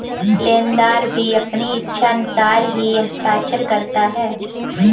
लेनदार भी अपनी इच्छानुसार ही हस्ताक्षर करता है